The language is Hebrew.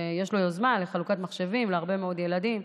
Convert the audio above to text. ויש לו יוזמה לחלוקת מחשבים להרבה מאוד ילדים.